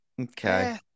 okay